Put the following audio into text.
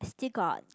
still got